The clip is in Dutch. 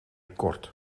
kort